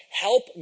help